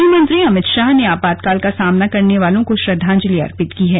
गृह मंत्री अमित शाह ने आपातकाल का सामना करने वालों को श्रद्वांजलि अर्पित की है